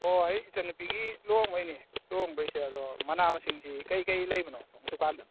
ꯑꯣ ꯑꯩꯒꯤ ꯏꯆꯟꯅꯨꯄꯤꯒꯤ ꯂꯨꯍꯣꯡꯕꯩꯅꯤ ꯂꯨꯍꯣꯡꯕꯩꯁꯦ ꯑꯗꯣ ꯃꯅꯥ ꯃꯁꯤꯡꯁꯤ ꯀꯩ ꯀꯩ ꯂꯩꯕꯅꯣ ꯁꯣꯝꯒꯤ ꯗꯨꯀꯥꯟꯗ